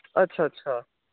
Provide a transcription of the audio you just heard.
अच्छा अच्छा